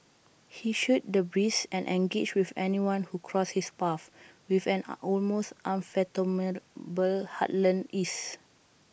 he shot the breeze and engaged with anyone who crossed his path with an A almost unfathomable heartland ease